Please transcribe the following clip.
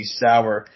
sour